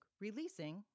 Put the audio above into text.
releasing